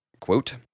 quote